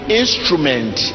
instrument